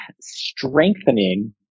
strengthening